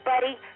buddy